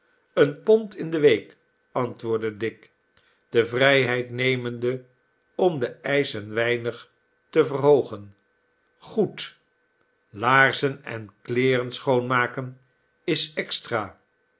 een pond in de week antwoordde dick de vrijheid nemende om den eisch een weinig te verhoogen goed laarzen en kleeren schoonmaken is extra